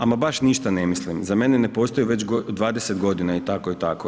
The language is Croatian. Ama baš ništa ne mislim za mene ne postoje već 20 godina i tako i tako.